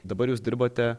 dabar jūs dirbate